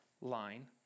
line